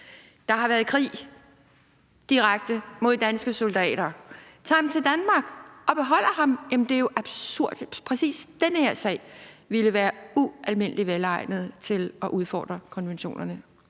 der har været i krig direkte mod danske soldater. At man tager ham til Danmark og beholder ham, er jo absurd. Præcis den her sag ville være ualmindelig velegnet til at udfordre konventionerne.